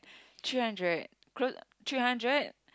three hundred cloth three hundred